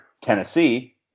Tennessee